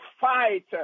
fight